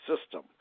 system